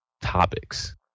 topics